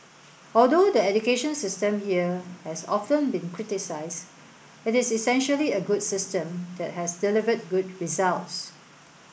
although the education system here has often been criticised it is essentially a good system that has delivered good results